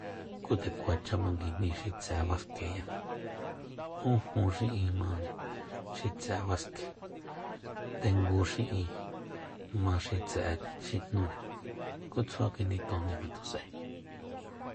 Ku nde kuacha manguijni xi tse'e baskeya ún jun xi'in majni xi tse'e baske tengu xi'in ma xi tse'e xi jnúre ku tsjua kinitonjni ngatus'ae